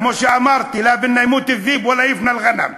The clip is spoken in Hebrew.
כמו שאמרתי: לא ימות א-ד'יבּ ולא יפנא אל-ע'נם,